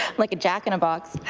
like a jack in a box.